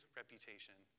reputation